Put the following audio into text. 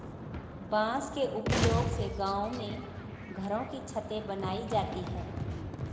बांस के उपयोग से गांव में घरों की छतें बनाई जाती है